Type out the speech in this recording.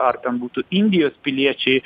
ar ten būtų indijos piliečiai